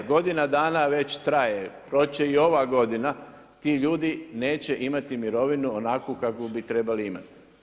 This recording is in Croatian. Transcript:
Godina dana već traje, proći će i ova godina, ti ljudi neće imati mirovinu onakvu kakvu bi trebali imati.